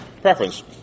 Preference